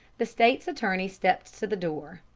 the state's attorney stepped to the door.